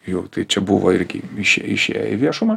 jo tai čia buvo irgi išė išėję į viešumą